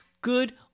Good